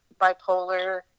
bipolar